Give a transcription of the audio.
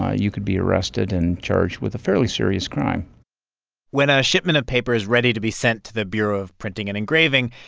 ah you could be arrested and charged with a fairly serious crime when a shipment of paper is ready to be sent to the bureau of printing and engraving,